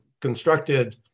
constructed